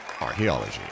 archaeology